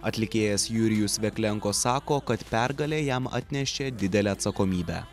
atlikėjas jurijus veklenko sako kad pergalė jam atnešė didelę atsakomybę